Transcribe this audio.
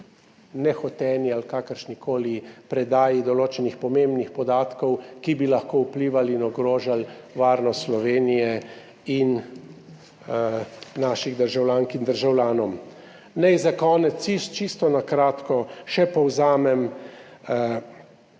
nehoteni ali kakršnikoli predaji določenih pomembnih podatkov, ki bi lahko vplivali in ogrožali varnost Slovenije in naših državljank in državljanov. Naj za konec čisto na kratko še povzamem